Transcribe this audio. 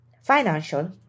Financial